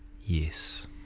yes